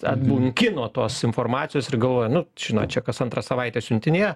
atbunki nuo tos informacijos ir galvoji nu žinot čia kas antrą savaitę siuntinėja